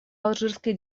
алжирской